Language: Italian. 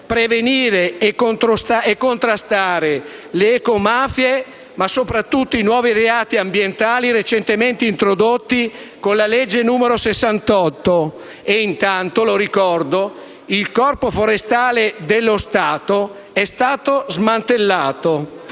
prevenire e contrastare le ecomafie, ma soprattutto i nuovi reati ambientali recentemente introdotti con la legge n. 68. E intanto - lo ricordo - il Corpo forestale dello Stato è stato smantellato;